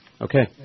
Okay